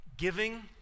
giving